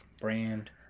Brand